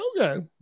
Okay